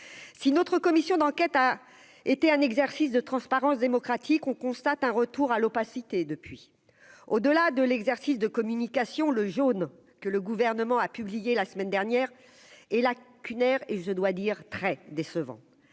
si notre commission d'enquête a été un exercice de transparence démocratique, on constate un retour à l'opacité depuis au-delà de l'exercice de communication, le jaune, que le gouvernement a publié la semaine dernière et là qu'une aire et je dois dire très décevant